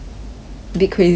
they crazy ah